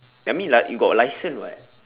ya I mean li~ you got license [what]